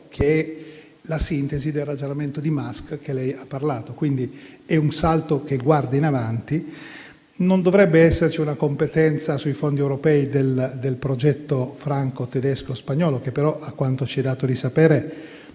che è la sintesi del ragionamento di Musk di cui lei ha parlato. Quindi è un salto con cui si guarda in avanti; non dovrebbe esserci una competenza sui fondi europei del progetto franco-tedesco-spagnolo, che però, a quanto ci è dato di sapere,